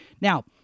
Now